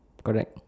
correct